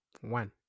One